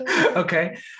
Okay